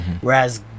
Whereas